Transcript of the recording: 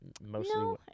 mostly